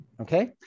Okay